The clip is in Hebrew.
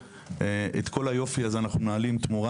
את כל היופי הזה אנחנו מנהלים תמורת,